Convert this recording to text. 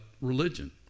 religion